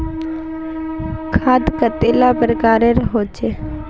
खाद कतेला प्रकारेर होचे?